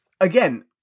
again